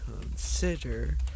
consider